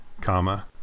comma